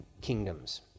kingdoms